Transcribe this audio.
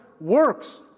works